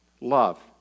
Love